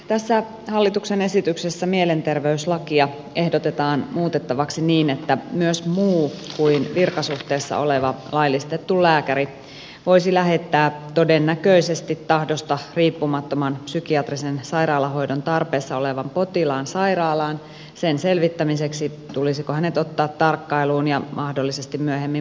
tässä hallituksen esityksessä mielenterveyslakia ehdotetaan muutettavaksi niin että myös muu kuin virkasuhteessa oleva laillistettu lääkäri voisi lähettää todennäköisesti tahdosta riippumattoman psykiatrisen sairaalahoidon tarpeessa olevan potilaan sairaalaan sen selvittämiseksi tulisiko tämä ottaa tarkkailuun ja mahdollisesti myöhemmin määrätä hoitoon